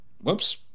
whoops